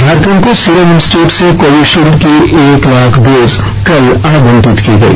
झारखंड को serum institute से Covishield की एक लाख डोज कल आवंटित की गई